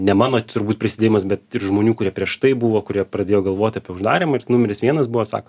ne mano turbūt prisidėjimas bet ir žmonių kurie prieš tai buvo kurie pradėjo galvot apie uždarymą ir numeris vienas buvo sako